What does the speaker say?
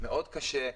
מאוד קשה.